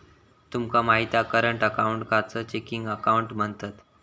तुमका माहित हा करंट अकाऊंटकाच चेकिंग अकाउंट म्हणतत